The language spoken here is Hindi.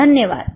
धन्यवाद